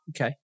Okay